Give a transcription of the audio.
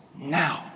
now